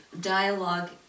dialogue